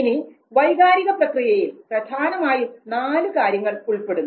ഇനി വൈകാരിക പ്രക്രിയയിൽ പ്രധാനമായും നാല് കാര്യങ്ങൾ ഉൾപ്പെടുന്നു